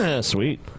Sweet